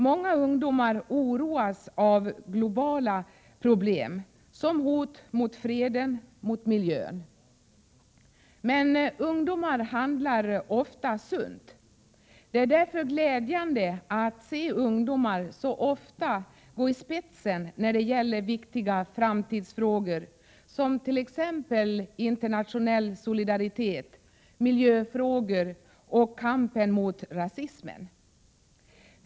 Många ungdomar oroas också av globala problem som hot mot freden och mot miljön. Men ungdomar handlar ofta sunt. Det är därför glädjande att så ofta se ungdomar gå i spetsen när det gäller viktiga framtidsfrågor, t.ex. internationell solidaritet, miljöfrågorna och kampen mot rasism.